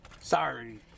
Sorry